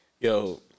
Yo